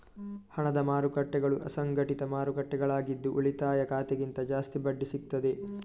ಹಣದ ಮಾರುಕಟ್ಟೆಗಳು ಅಸಂಘಟಿತ ಮಾರುಕಟ್ಟೆಗಳಾಗಿದ್ದು ಉಳಿತಾಯ ಖಾತೆಗಿಂತ ಜಾಸ್ತಿ ಬಡ್ಡಿ ಸಿಗ್ತದೆ